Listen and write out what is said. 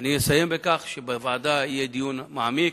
אסיים בכך שבוועדה יהיה דיון מעמיק,